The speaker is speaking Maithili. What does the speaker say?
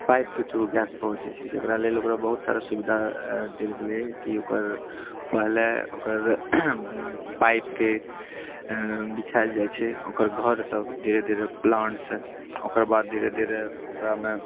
पाइपके थ्रू गैस पहुँचैत छै जकरा लेल ओकरा बहुत सारा सुविधा देल गेलै कि ओकर पहले ओकर पाइपके बिछाएल जाइत छै ओकर घर तक धीरे धीरे प्लांटसँ ओकर बाद धीरे धीरे ओकरामे